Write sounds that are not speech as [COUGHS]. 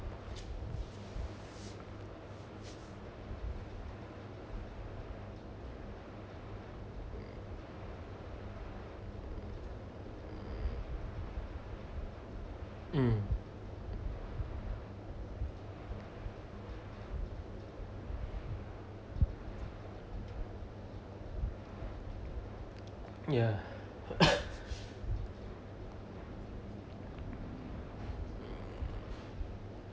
[NOISE] mm ya [COUGHS] mm